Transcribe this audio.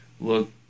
look